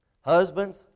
Husbands